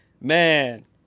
man